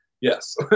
yes